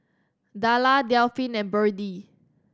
Darla Delphin and Birdie